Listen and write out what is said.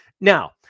Now